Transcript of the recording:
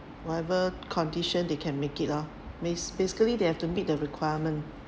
whatever condition they can make it lor bas~ basically they have to meet the requirement